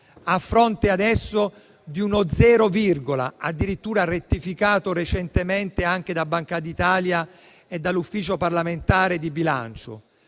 a fronte adesso di uno zero virgola, addirittura rettificato recentemente anche dalla Banca d'Italia e dall'Ufficio parlamentare di bilancio.